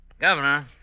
Governor